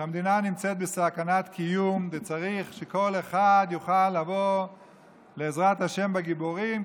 שהמדינה נמצאת בסכנת קיום וצריך שכל אחד יוכל לבוא לעזרת השם בגיבורים,